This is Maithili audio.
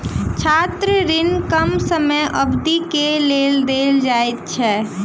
छात्र ऋण कम समय अवधि के लेल देल जाइत अछि